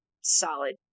solid